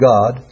God